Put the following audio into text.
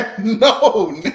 No